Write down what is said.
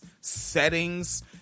settings